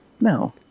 No